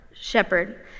shepherd